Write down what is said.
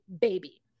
baby